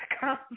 come